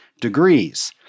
degrees